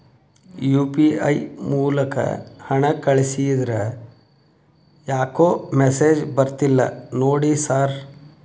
UPI ಮೂಲಕ ಹಣ ಕಳಿಸಿದ್ರ ಯಾಕೋ ಮೆಸೇಜ್ ಬರ್ತಿಲ್ಲ ನೋಡಿ ಸರ್?